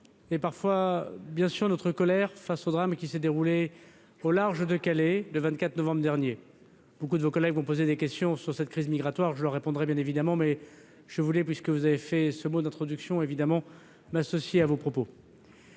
et, bien sûr, notre colère face au drame qui s'est déroulé au large de Calais le 24 novembre dernier. Beaucoup de vos collègues vont poser des questions sur cette crise migratoire, et je leur répondrai bien évidemment. Mais puisque vous avez prononcé ce mot d'introduction, je tenais à m'associer à vos propos.